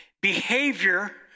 Behavior